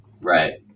Right